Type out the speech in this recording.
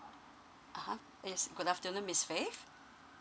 (uh huh) yes good afternoon miss faith